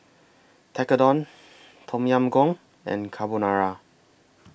Tekkadon Tom Yam Goong and Carbonara